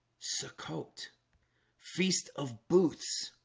sukkot feast of boots